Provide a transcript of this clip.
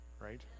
right